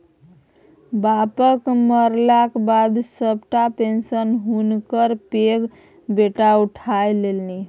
बापक मरलाक बाद सभटा पेशंन हुनकर पैघ बेटा उठा लेलनि